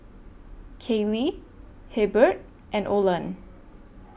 Kayli Hebert and Olan